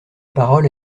parole